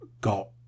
Got